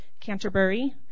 Canterbury